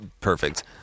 Perfect